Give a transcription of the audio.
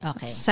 Okay